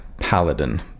paladin